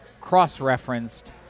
cross-referenced